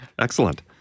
Excellent